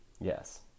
yes